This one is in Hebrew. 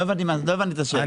לא הבנתי את השאלה.